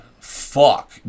fuck